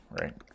right